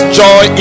joy